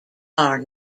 are